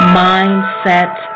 mindset